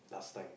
last time